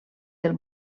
del